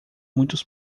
muitos